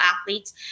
athletes